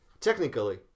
technically